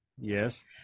Yes